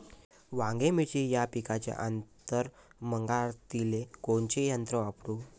वांगे, मिरची या पिकाच्या आंतर मशागतीले कोनचे यंत्र वापरू?